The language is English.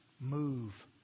move